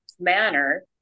manner